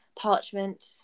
parchment